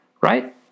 Right